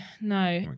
no